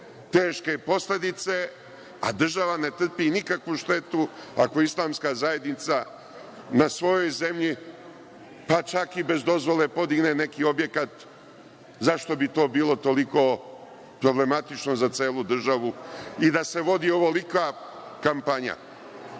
teške posledice, a država ne trpi nikakvu štetu ako Islamska zajednica na svojoj zemlji, čak i bez dozvole podigne neki objekat. Zašto bi to bilo toliko problematično za celu državu i da se vodi ovolika kampanja? Dakle,